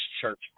Church